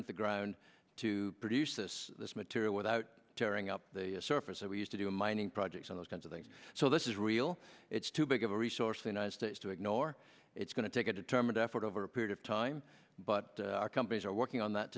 in the ground to produce this material without tearing up the surface that we used to do in mining projects and those kinds of things so this is real it's too big of a resource the united states to ignore it's going to take a determined effort over a period of time but companies are working on that